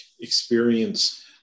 experience